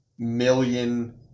Million